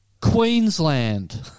Queensland